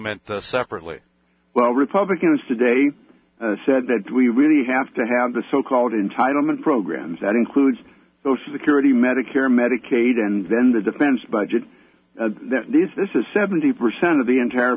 entitlement separately well republicans today said that we really have to have the so called entitlement programs that includes social security medicare medicaid and then the defense budget these this is seventy percent of the entire